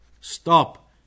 stop